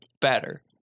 Better